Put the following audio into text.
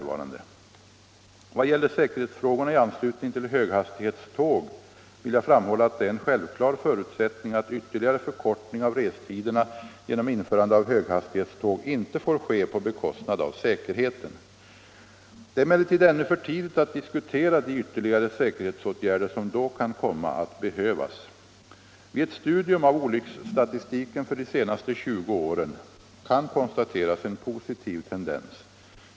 Vad gäller säkerhetsfrågorna i anslutning till höghastighetståg vill jag framhålla att det är en självklar förutsättning att ytterligare förkortning av restiderna genom införande av höghastighetståg inte får ske på bekostnad av säkerheten. Det är emellertid ännu för tidigt att diskutera de ytterligare säkerhetsåtgärder som då kan komma att behövas. Vid ett studium av olycksstatistiken för de senaste 20 åren kan konstateras en positiv tendens.